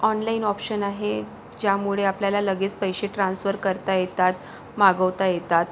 online option आहे ज्यामुळे आपल्याला लगेच पैसे ट्रान्सफर करता येतात मागवता येतात